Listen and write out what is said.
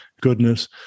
goodness